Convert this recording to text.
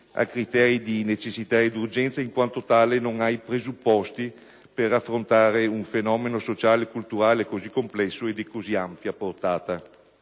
a criteri di necessità ed urgenza e, in quanto tale, non ha i presupposti per affrontare un fenomeno sociale e culturale così complesso e di così ampia portata.